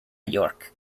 york